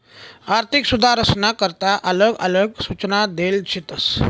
आर्थिक सुधारसना करता आलग आलग सूचना देल शेतस